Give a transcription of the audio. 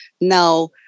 now